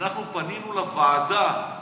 אנחנו פנינו לוועדה.